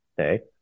Okay